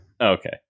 Okay